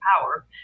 power